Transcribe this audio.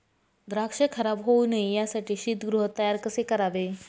द्राक्ष खराब होऊ नये यासाठी शीतगृह तयार कसे करावे?